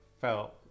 felt